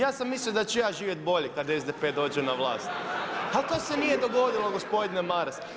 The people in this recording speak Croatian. Ja sam mislio da ću ja živjet bolje kad SDP dođe na vlast, ali to se nije dogodilo gospodine Maras.